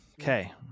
Okay